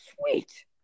sweet